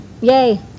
Yay